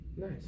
Nice